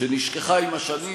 שנשכחה עם השנים,